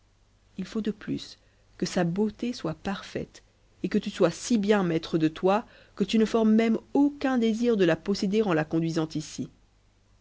il faut de plus que sa beauté soit parfaite et que tu sois si bien maître de toi que tu ne formes même aucun désir de la posséder en la conduisant ici